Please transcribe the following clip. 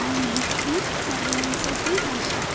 आनी हीच सगळ्यांत सोंपी भाशा